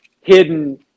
hidden